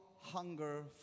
hunger